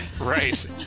Right